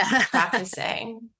practicing